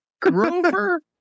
Grover